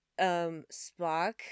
Spock